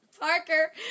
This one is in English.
Parker